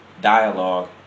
dialogue